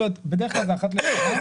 בדרך כלל זה אחת לשנה,